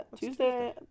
Tuesday